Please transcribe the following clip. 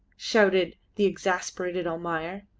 shouted the exasperated almayer.